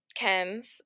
Ken's